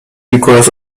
requires